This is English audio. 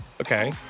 Okay